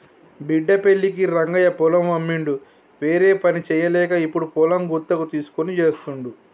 బిడ్డ పెళ్ళికి రంగయ్య పొలం అమ్మిండు వేరేపని చేయలేక ఇప్పుడు పొలం గుత్తకు తీస్కొని చేస్తుండు